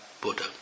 Buddha